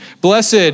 Blessed